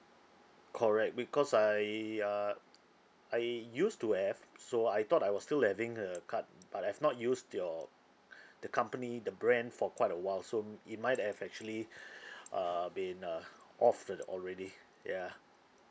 correct because I uh I used to have so I thought I was still having a card but I've not used your the company the brand for quite a while so it might have actually err been uh offed already ya